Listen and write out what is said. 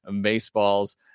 baseballs